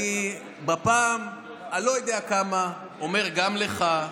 אני בפעם הלא-יודע-כמה אומר גם לך: